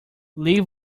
live